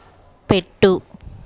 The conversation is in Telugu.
పెట్టు